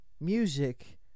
Music